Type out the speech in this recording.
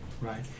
right